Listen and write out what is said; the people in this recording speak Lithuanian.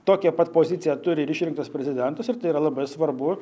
tokią pat poziciją turi ir išrinktas prezidentas ir tai yra labai svarbu